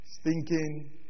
stinking